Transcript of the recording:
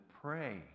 pray